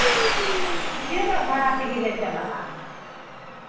ᱱᱤᱡᱮᱨᱟᱜ ᱵᱷᱟᱲᱟ ᱛᱮᱜᱮ ᱞᱮ ᱪᱟᱞᱟᱜᱼᱟ